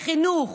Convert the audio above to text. לחינוך,